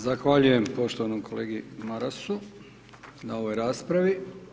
Zahvaljujem poštovanom kolegi Marasu na ovoj raspravi.